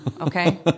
Okay